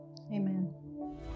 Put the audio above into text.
amen